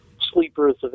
sleepers